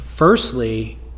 firstly